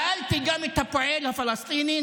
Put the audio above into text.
שאלתי גם את הפועל הפלסטיני,